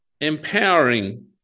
empowering